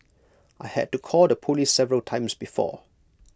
I had to call the Police several times before